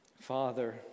father